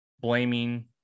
blaming